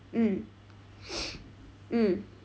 mm mm